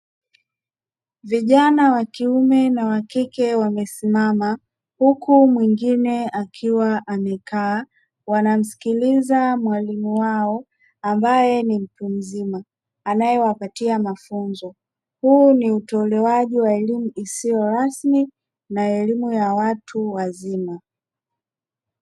Vijana wa kiume na wa kike wamesimama huku mwingine akiwa amekaa, wanamsikiliza mwalimu wao ambaye ni mtu mzima anayewapatia mafunzo, huu ni utolewaji wa elimu isiyo rasmi na elimu ya watu wazima.